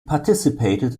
participated